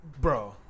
Bro